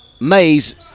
Mays